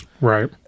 right